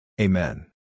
Amen